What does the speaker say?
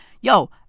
Yo